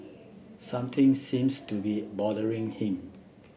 something seems to be bothering him